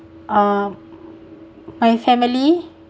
uh my family